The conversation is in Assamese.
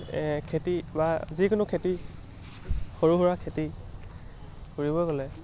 খেতি বা যিকোনো খেতি সৰু সুৰা খেতি কৰিব গ'লে